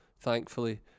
thankfully